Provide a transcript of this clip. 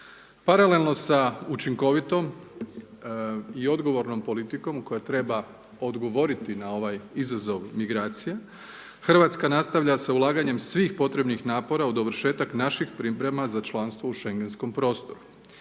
Paralelno sa učinkovitom i odgovornom politikom koja treba odgovoriti na ovaj izazov migracija, Hrvatska nastavlja sa ulaganjem svih potrebnih napora u dovršetak naših priprema za članstvo u Šengenskom prostoru